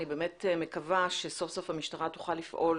אני באמת מקווה שהמשטרה סוף סוף תוכל לפעול